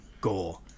gore